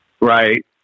right